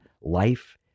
life